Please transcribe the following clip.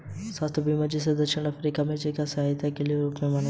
स्वास्थ्य बीमा जिसे दक्षिण अफ्रीका में चिकित्सा सहायता के रूप में भी जाना जाता है